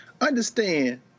Understand